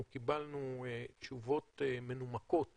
אנחנו קיבלנו תשובות מנומקות